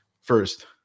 first